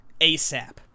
asap